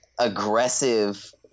aggressive